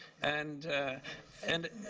and and